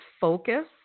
focus